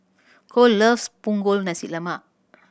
Kole loves Punggol Nasi Lemak